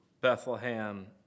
Bethlehem